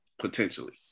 potentially